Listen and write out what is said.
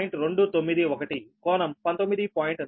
291 కోణం 19